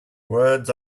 words